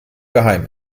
geheim